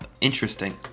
interesting